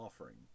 offering